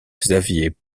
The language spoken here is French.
xavier